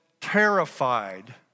terrified